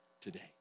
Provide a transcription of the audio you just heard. today